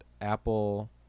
Apple